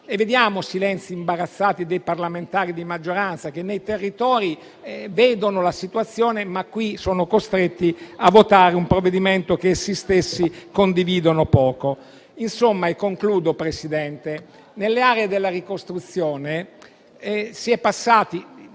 Vediamo silenzi imbarazzati dei parlamentari di maggioranza che nei territori rilevano la situazione, ma poi qui sono costretti a votare un provvedimento che essi stessi condividono poco. Insomma - concludo Presidente - nelle aree della ricostruzione è capitato,